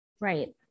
Right